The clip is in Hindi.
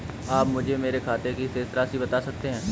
आप मुझे मेरे खाते की शेष राशि बता सकते हैं?